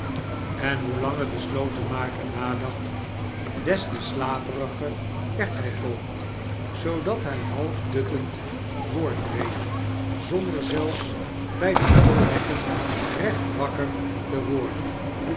en hoe langer de slotenmaker nadacht des te slapiger werd hij ook zoodat hij half duttend voortreed zonder zelfs bij de tolhekken recht wakker te worden